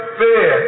fear